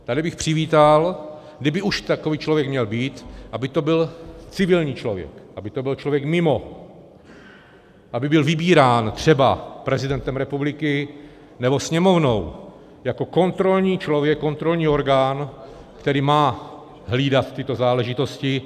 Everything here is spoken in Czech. Tady bych přivítal, kdyby už takový člověk měl být, aby to byl civilní člověk, aby to byl člověk mimo, aby byl vybírán třeba prezidentem republiky nebo Sněmovnou jako kontrolní člověk, kontrolní orgán, který má hlídat tyto záležitosti.